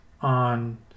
on